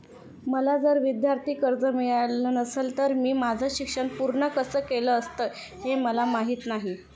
मला जर विद्यार्थी कर्ज मिळालं नसतं तर मी माझं शिक्षण पूर्ण कसं केलं असतं, हे मला माहीत नाही